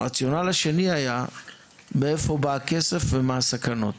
הרציונל השני היה מאיפה בא הכסף ומה הסכנות.